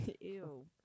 Ew